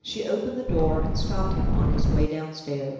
she opened the door, and stopped him on his way downstairs.